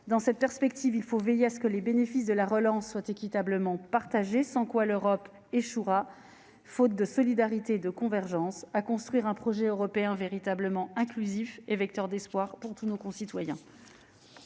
Dans cette perspective, il faut veiller à ce que les bénéfices de la relance soient équitablement partagés. Sans cela, faute de solidarité et de convergence, l'Europe échouera à construire un projet véritablement inclusif et vecteur d'espoir pour tous nos concitoyens.